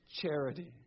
charity